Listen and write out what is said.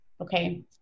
okay